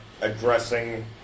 addressing